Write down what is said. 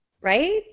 right